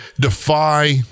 defy